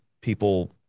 people